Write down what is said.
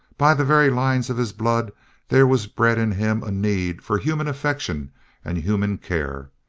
by the very lines of his blood there was bred in him a need for human affection and human care,